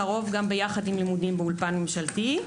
לרוב גם יחד עם לימודים באולפן ממשלתי.